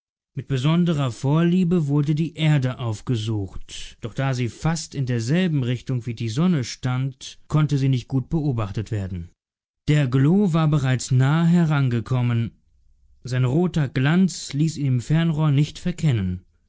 mit besonderer vorliebe wurde die erde aufgesucht doch da sie fast in derselben richtung wie die sonne stand konnte sie nicht gut beobachtet werden der glo war bereits nahe herangekommen sein roter glanz ließ ihn im fernrohr nicht verkennen